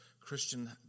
Christian